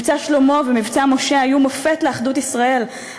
"מבצע שלמה" ו"מבצע משה" היו מופת לאחדות ישראל,